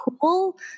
cool